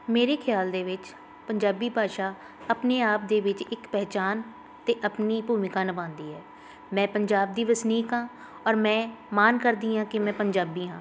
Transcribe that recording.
ਮੇਰੇ ਖਿਆਲ ਦੇ ਵਿੱਚ ਪੰਜਾਬੀ ਭਾਸ਼ਾ ਆਪਣੇ ਆਪ ਦੇ ਵਿੱਚ ਇੱਕ ਪਹਿਚਾਣ ਅਤੇ ਆਪਣੀ ਭੂਮਿਕਾ ਨਿਭਾਉਂਦੀ ਹੈ ਮੈਂ ਪੰਜਾਬ ਦੀ ਵਸਨੀਕ ਹਾਂ ਔਰ ਮੈਂ ਮਾਣ ਕਰਦੀ ਹਾਂ ਕਿ ਮੈਂ ਪੰਜਾਬੀ ਹਾਂ